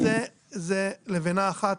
זה לבנה אחת,